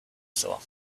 saw